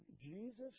Jesus